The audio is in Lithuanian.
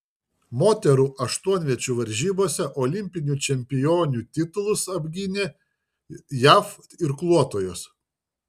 moterų aštuonviečių varžybose olimpinių čempionių titulus apgynė jav irkluotojos